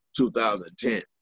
2010